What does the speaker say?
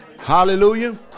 Hallelujah